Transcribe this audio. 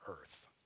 earth